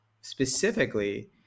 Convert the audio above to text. specifically